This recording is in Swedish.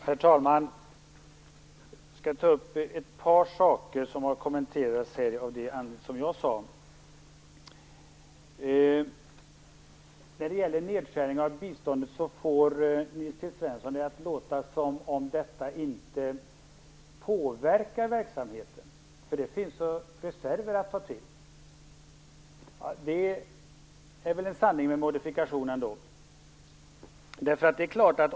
Herr talman! Jag skall ta upp ett par av de kommentarer som rör sådant som jag har sagt. När det gäller nedskärningen av biståndet får Nils T Svensson det att låta som om denna inte påverkar verksamheten eftersom det finns reserver att ta till. Det är väl ändå en sanning med modifikation.